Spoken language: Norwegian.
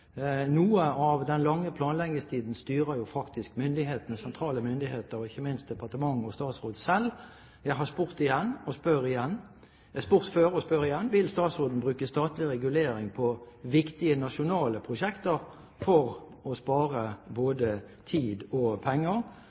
noe av den lange planleggingstiden faktisk blir styrt av sentrale myndigheter og ikke minst av departementet og statsråden selv. Jeg har spurt før og spør igjen: Vil statsråden bruke statlig regulering på viktige nasjonale prosjekter for å spare både tid og penger?